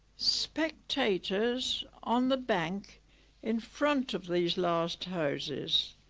spectators on the bank in front of these last houses.